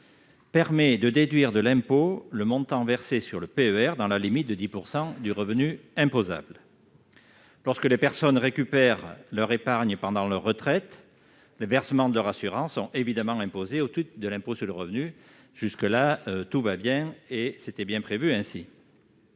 permet de déduire de l'impôt le montant versé sur ce support dans la limite de 10 % du revenu imposable. Lorsque les personnes récupèrent leur épargne pendant leur retraite, les versements de leur assurance sont évidemment imposés au titre de l'impôt sur le revenu. Jusque-là, tout va bien ; c'était bien prévu ainsi.